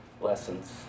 lessons